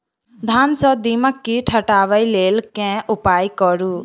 धान सँ दीमक कीट हटाबै लेल केँ उपाय करु?